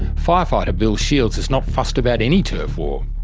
fire fighter bill shields is not fussed about any turf war.